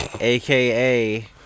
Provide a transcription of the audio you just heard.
aka